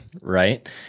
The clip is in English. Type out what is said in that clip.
Right